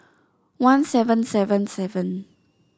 one seven seven seven